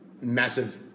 massive